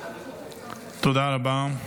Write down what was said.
תודה רבה.